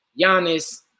Giannis